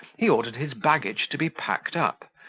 he ordered his baggage to be packed up,